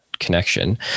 Connection